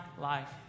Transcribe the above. life